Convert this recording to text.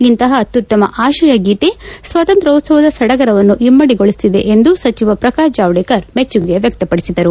ಇಂತಪ ಅತ್ಯುತ್ತಮ ಆಶಯ ಗೀತೆ ಸ್ವಾತಂತ್ರ್ಯೋತ್ಸವದ ಸಡಗರವನ್ನು ಇಮ್ಮಡಿಗೊಳಿಸಿದೆ ಎಂದು ಸಚಿವ ಪ್ರಕಾಶ್ ಜಾವಡೇಕರ್ ಮೆಚ್ಚುಗೆ ವ್ಯಕ್ತಪಡಿಸಿದರು